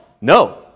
No